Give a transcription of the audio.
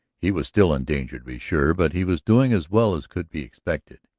he was still in danger, to be sure but he was doing as well as could be expected.